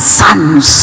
sons